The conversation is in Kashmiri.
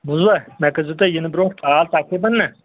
بوٗزوا مےٚ کٔرۍزیٚو تُہۍ یِنہٕ برٛونٛہہ کال تقریٖباً نا